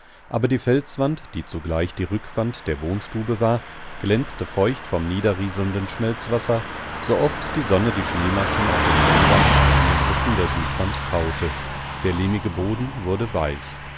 aber die felswand die zugleich die rückwand der wohnstube war glänzte feucht vom niederrieselnden schmelzwasser sooft die sonne die schneemassen auf den bändern und in den rissen der südwand taute der lehmige boden wurde weich